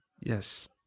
yes